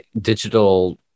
Digital